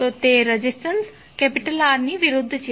તો તે resistance R ની વિરુદ્ધ છે